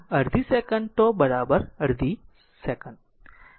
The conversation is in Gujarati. આમ અડધી સેકન્ડ τ અડધી સેકન્ડ